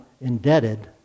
indebted